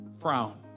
frown